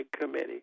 committee